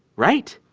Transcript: right?